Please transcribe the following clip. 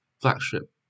flagship